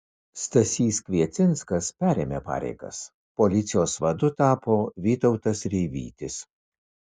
stasys kviecinskas perėmė pareigas policijos vadu tapo vytautas reivytis